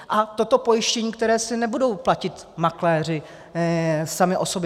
A toto pojištění, které si nebudou platit makléři sami o sobě.